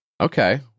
Okay